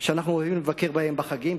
שאנחנו אוהבים לבקר בהם בחגים,